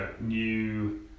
new